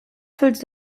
fällt